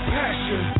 passion